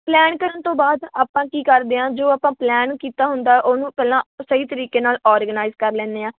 plan ਕਰਨ ਤੋਂ ਬਾਅਦ ਆਪਾਂ ਕੀ ਕਰਦੇ ਹਾਂ ਜੋ ਆਪਾਂ ਪਲੈਨ ਕੀਤਾ ਹੁੰਦਾ ਉਹਨੂੰ ਪਹਿਲਾਂ ਸਹੀ ਤਰੀਕੇ ਨਾਲ ਓਰਗਨਾਇਜ਼ ਕਰ ਲੈਂਦੇ ਹਾਂ